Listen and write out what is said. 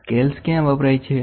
scale ક્યાં વપરાય છે